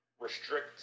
restrict